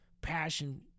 passion